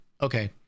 Okay